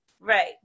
Right